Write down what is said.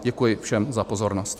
Děkuji všem za pozornost.